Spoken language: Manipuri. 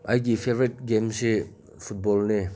ꯑꯩꯒꯤ ꯐꯦꯕꯔꯥꯠ ꯒꯦꯝꯁꯦ ꯐꯨꯠꯕꯣꯜꯅꯦ